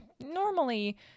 normally